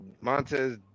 Montez